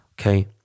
okay